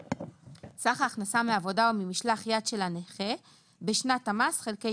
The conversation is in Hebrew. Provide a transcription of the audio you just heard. סך ההכנסה מעבודה או ממשלח יד של הנכה בשנת המס חלקי